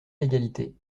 l’égalité